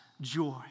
joy